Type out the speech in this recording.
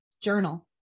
Journal